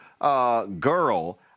girl—